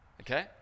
Okay